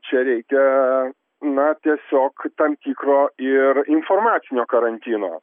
čia reikia na tiesiog tam tikro ir informacinio karantino